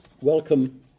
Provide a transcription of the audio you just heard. welcome